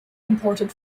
imported